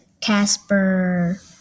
Casper